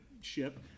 ship